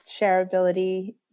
shareability